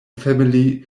family